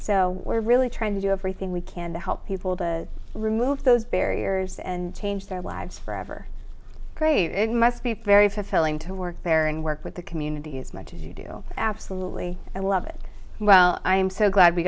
so we're really trying to do everything we can to help people to remove those barriers and change their lives forever craig must be very fulfilling to work there and work with the community as much as you do absolutely and love it well i am so glad we